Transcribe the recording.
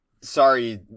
Sorry